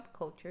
subculture